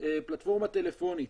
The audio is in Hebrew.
פלטפורמה טלפונית.